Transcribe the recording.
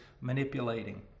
manipulating